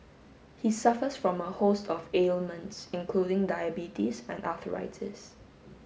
he suffers from a host of ailments including diabetes and arthritis